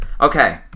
Okay